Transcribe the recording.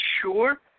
sure